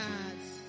God's